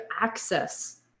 access